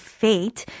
fate